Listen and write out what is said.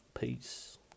Peace